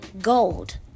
gold